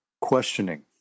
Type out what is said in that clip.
questioning